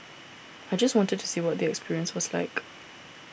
I just wanted to see what the experience was like